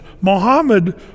Muhammad